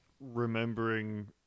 remembering